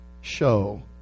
show